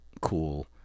cool